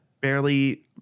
barely